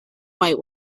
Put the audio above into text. white